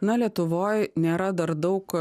na lietuvoj nėra dar daug